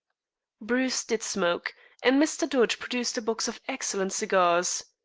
bruce did smoke and mr. dodge produced a box of excellent cigars.